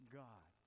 god